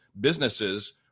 businesses